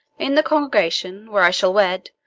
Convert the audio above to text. in the congregation, where i should wed,